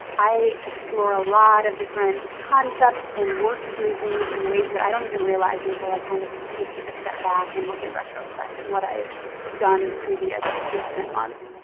i explore a lot of different concepts and work through things in ways that i don't even realize until i kind of take a step back and look in retrospect at what i've done the previous weeks and months.